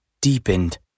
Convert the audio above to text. deepened